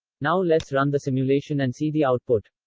now, let's run the simulation and see the output.